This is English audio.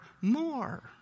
more